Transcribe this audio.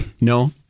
No